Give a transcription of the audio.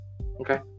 Okay